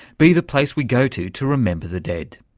be the place we go to to remember the dead?